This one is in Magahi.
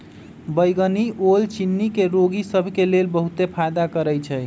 बइगनी ओल चिन्नी के रोगि सभ के लेल बहुते फायदा करै छइ